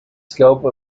scope